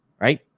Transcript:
right